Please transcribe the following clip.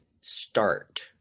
start